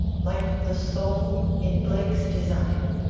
like the soul, in blake's design,